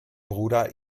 bruder